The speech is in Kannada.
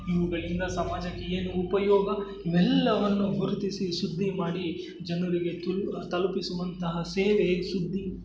ಇವುಗಳಿಂದ ಸಮಾಜಕ್ಕೆ ಏನು ಉಪಯೋಗ ಇವೆಲ್ಲವನ್ನು ಗುರುತಿಸಿ ಸುದ್ದಿ ಮಾಡಿ ಜನರಿಗೆ ತಲು ತಲುಪಿಸುವಂತಹ ಸೇವೆ ಸುದ್ದಿ